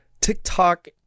TikTok